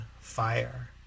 fire